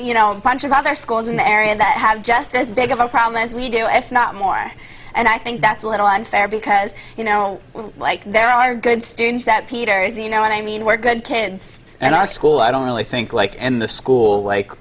you know bunch of other schools in the area that have just as big of a problem as we do if not more and i think that's a little unfair because you know like there are good students that peter is you know i mean we're good kids and our school i don't really think like and the school like